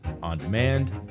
on-demand